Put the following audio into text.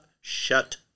shut